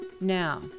Now